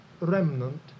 remnant